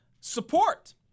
support